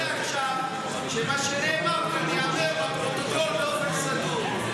אני רוצה עכשיו שמה שנאמר כאן ייאמר לפרוטוקול באופן סדור.